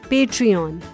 Patreon